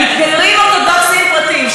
מתגיירים אורתודוקסים פרטיים,